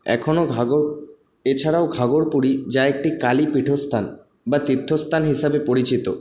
এখনো ঘাঘর এছাড়াও ঘাঘর বুড়ি যা একটি কালী পীঠস্থান বা তীর্থস্থান হিসাবে পরিচিত